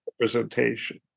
representation